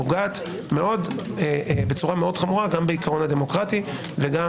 פוגעת בצורה חמורה גם בעיקרון הדמוקרטי וגם